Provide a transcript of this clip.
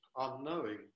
unknowing